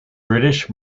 british